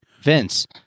Vince